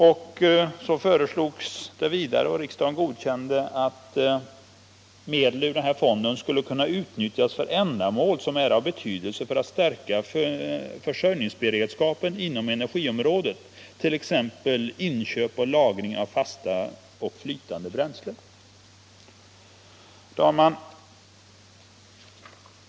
Regeringen föreslog — och riksdagen godkände det — att medel ur fonden skulle kunna utnyttjas för ändamål som var av betydelse för att stärka försörjningsberedskapen inom energiområdet, t.ex. för inköp och lagring av fasta och flytande bränslen.